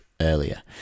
earlier